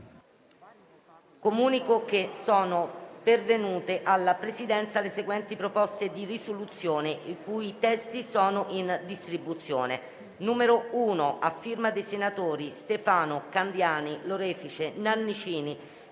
Comunico che sono pervenute alla Presidenza le seguenti proposte di risoluzione, i cui testi sono in distribuzione: